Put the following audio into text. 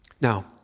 Now